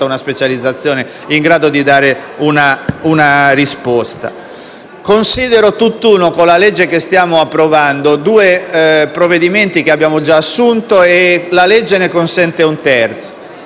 una specializzazione in grado di dare una risposta. Considero tutt'uno con la legge che stiamo approvando due provvedimenti che abbiamo già assunto e la legge ne consente un terzo: